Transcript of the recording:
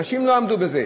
נשים לא עמדו בזה.